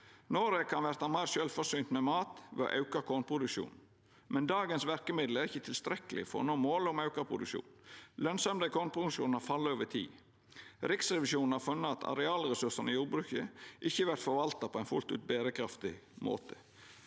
Noreg kan verta meir sjølvforsynt med mat ved å auka kornproduksjonen, men dagens verkemiddel er ikkje tilstrekkelege for å nå målet om auka produksjon. Lønsemda i kornproduksjonen har falle over tid. Riksrevisjonen har funne at arealressursane i jordbruket ikkje vert forvalta på ein fullt ut berekraftig måte.